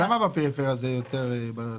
למה בפריפריה יש יותר סוכרת?